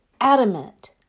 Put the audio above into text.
adamant